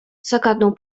zagadnął